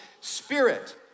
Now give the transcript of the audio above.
Spirit